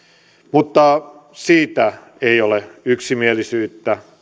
mutta siitä ei ole yksimielisyyttä